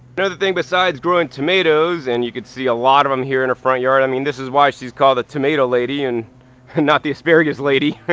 another thing besides growing tomatoes and you can see a lot of them here in her front yard. i mean, this is why she is called the tomato lady and and not the asparagus lady.